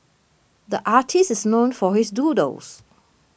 the artist is known for his doodles